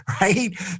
right